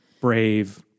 brave